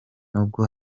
nubwo